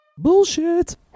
Bullshit